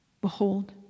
Behold